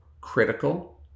critical